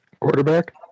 quarterback